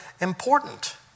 important